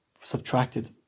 subtracted